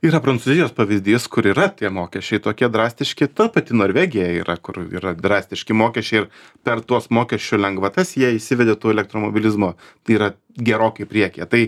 yra prancūzijos pavyzdys kur yra tie mokesčiai tokie drastiški ta pati norvegija yra kur yra drastiški mokesčiai ir per tuos mokesčių lengvatas jie įsivedė tų elektromobilizmo tai yra gerokai priekyje tai